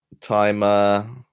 timer